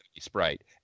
sprite